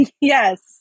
Yes